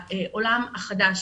בעולם החדש